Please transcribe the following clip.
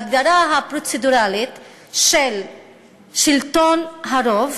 ההגדרה הפרוצדורלית של שלטון הרוב